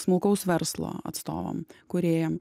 smulkaus verslo atstovam kūrėjam